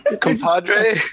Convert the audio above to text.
compadre